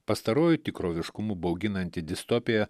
pastaroji tikroviškumu bauginanti distopija